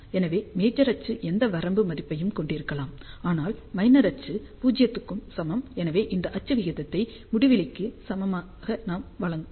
எனவே மேஜர் அச்சு எந்த வரம்பு மதிப்பையும் கொண்டிருக்கலாம் ஆனால் மைனர் அச்சு 0 க்கு சமம் எனவே இது அச்சு விகிதத்தை முடிவிலிக்கு சமமாக நமக்கு வழங்கும்